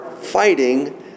fighting